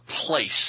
place